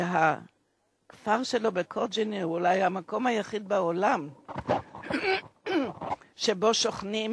שהכפר שלו בקוצ'ין הוא אולי המקום היחיד בעולם שבו שוכנים